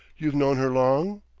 you've known her long?